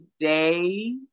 today